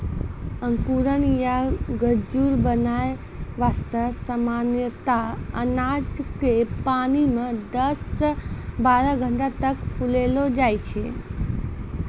अंकुरण या गजूर बनाय वास्तॅ सामान्यतया अनाज क पानी मॅ दस सॅ बारह घंटा तक फुलैलो जाय छै